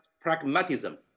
pragmatism